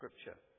Scripture